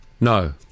no